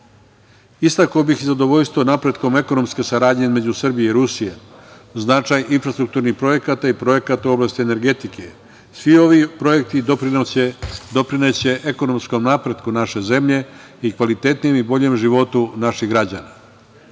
bih i zadovoljstvo napretkom ekonomske saradnje između Srbije i Rusije, značaj infrastrukturnih projekata i projekata u oblasti energetike. Svi ovi projekti doprineće ekonomskom napretku naše zemlje i kvalitetnijem i boljem životu naših građana.